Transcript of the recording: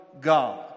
God